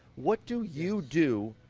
what do you do,